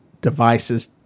devices